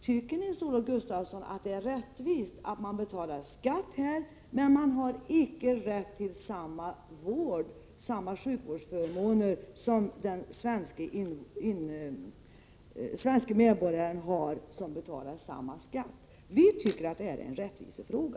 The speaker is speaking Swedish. Tycker Nils-Olof Gustafsson att det är rättvist att man skall betala skatt här, men inte skall få rätt till samma sjukvårdsförmåner som den som bor här och betalar samma skatt? Vi tycker att det här är en rättvisefråga.